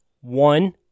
One